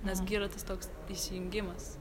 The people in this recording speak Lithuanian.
nes gi yra tas toks įsijungimas